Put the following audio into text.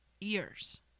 ears